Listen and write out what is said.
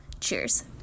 Cheers